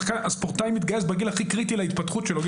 הספורטאי מתגייס בגיל הכי קריטי להתפתחות שלו.